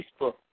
Facebook